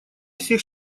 всех